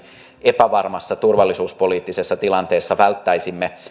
epävarmassa turvallisuuspoliittisessa tilanteessa välttäisimme